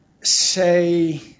say